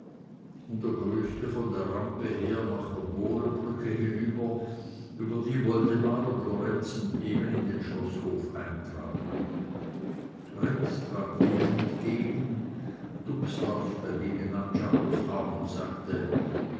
und er grüßte von der rampe her nach der bohlenbrücke hinüber über die woldemar und lorenzen eben in den schloßhof eintraten rex ging ihnen entgegen dubslav dagegen nahm czakos arm und sagte